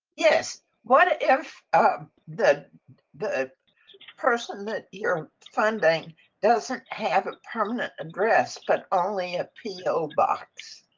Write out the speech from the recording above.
yes what if um the the person that you're funding doesn't have a permanent address but only a p o box?